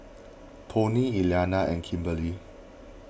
Toney Elianna and Kimberli